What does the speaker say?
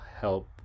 help